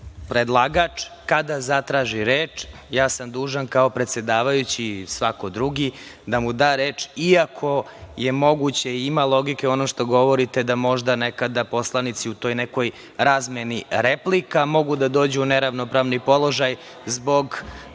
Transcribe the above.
predlagač kada zatraži reč, ja sam dužan kao predsedavajući i svako drugi da mu da reč, iako je moguće, ima logike u onome što govorite da možda nekada poslanici u toj nekoj razmeni replika mogu da dođu u neravnopravni položaj zbog